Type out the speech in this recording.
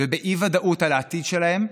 ובאי-ודאות על העתיד שלהם,